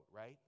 right